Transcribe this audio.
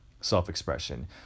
self-expression